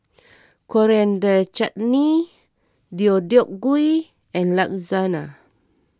Coriander Chutney Deodeok Gui and Lasagna